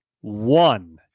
one